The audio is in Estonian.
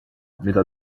mida